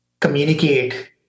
communicate